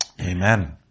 Amen